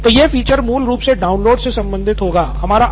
नितिन कुरियन तो यह फ़ीचर मूल रूप से डाउनलोड से संबंधित होगा